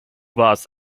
warst